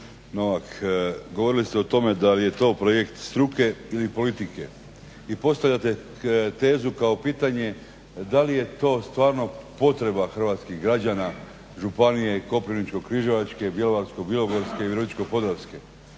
Novak govorili ste o tome da je to projekt struke ili politike i postavljate tezu kao pitanje da li je to stvarno potreba hrvatskih građana županije Koprivničko-križevačke, Bjelovarsko-bilogorske i Virovitičko-podravske.